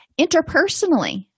Interpersonally